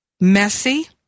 messy